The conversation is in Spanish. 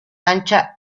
ancha